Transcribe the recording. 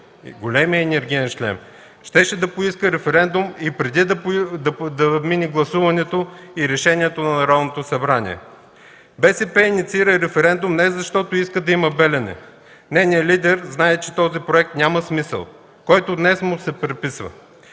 големия енергиен шлем, щеше да поиска референдум преди да мине гласуването и решението на Народното събрание. БСП инициира референдум не защото иска да има „Белене”. Нейният лидер знае, че този проект няма смисъл, който днес му се приписва.